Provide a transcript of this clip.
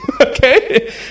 Okay